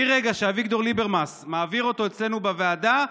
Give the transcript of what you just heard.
מרגע שאביגדור ליברמס מעביר אותו אצלנו בוועדה,